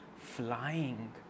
flying